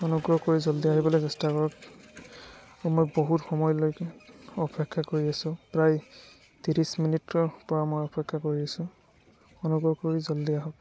অনুগ্ৰহ কৰি জল্দি আহিবলৈ চেষ্টা কৰক সময় বহুত সময় লাগে অপেক্ষা কৰি আছোঁ ত্ৰিছ মিনিটৰ পৰা মই অপেক্ষা কৰি আছোঁ অনুগ্ৰহ কৰি জল্দি আহক